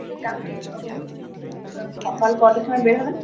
সকাল কটার সময় বেরোবেন